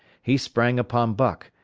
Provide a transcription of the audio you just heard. he sprang upon buck,